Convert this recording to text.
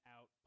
out